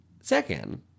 Second